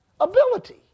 ability